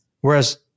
Whereas